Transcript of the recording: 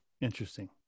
Interesting